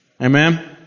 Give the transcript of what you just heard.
Amen